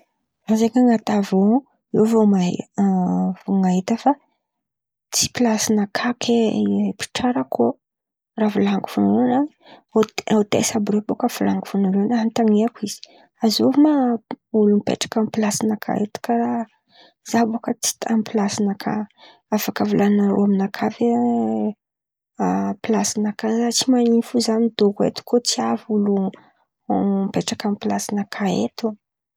Zah zen̈y an̈aty avion eo vô mahita fa tsy plasy nakà kay mpitsarako ao. Raha volan̈iko voalohan̈y, hô- hôtesy àby rô bakà volan̈iko volalohan̈y, an̈otan̈iako izy: azovy ma olo mipetraka amin̈'ny plasy nakà eto? Karà zah bôka tsy taminy plasy nakà. Afaka volan̈inarô aminakà ve plasy sa tsy man̈ino fo zah midôko eto? Koa tsy avy olo mipetraka amin̈'ny plasy nakà eto oe.